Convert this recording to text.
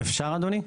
אפשר אדוני?